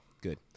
Good